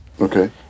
Okay